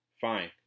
Fine